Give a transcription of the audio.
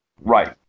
Right